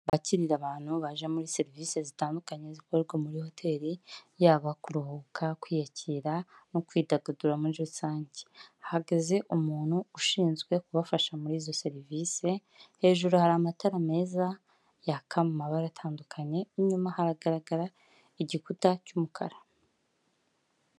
Aho bakirira abantu baje muri serivisi zitandukanye zikorerwa muri hoteri, yaba kuruhuka kwiyakira no kwidagadura muri rusange, hahagaze umuntu ushinzwe kubafasha muri izo serivise, hejuru hari amatara meza yaka amabara atandukanye inyuma hagaragara igikuta cy'umukara.